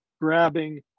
grabbing